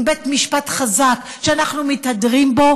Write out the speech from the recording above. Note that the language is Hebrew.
עם בית משפט חזק שאנחנו מתהדרים בו,